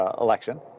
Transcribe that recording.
election